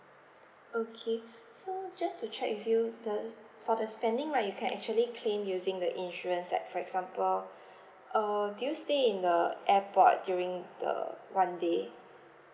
okay so just to check with you the for the spending right you can actually claim using the insurance that for example err do you stay in the airport during the one day